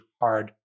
hard